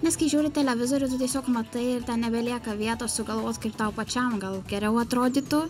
nes kai žiūri televizorių tu tiesiog matai ir ten nebelieka vietos sugalvot kaip tau pačiam gal geriau atrodytų